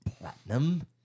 platinum